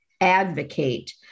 advocate